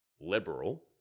liberal